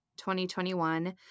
2021